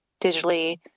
digitally